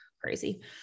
crazy